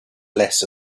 less